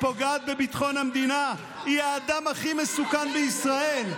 אדוני יגן עליי.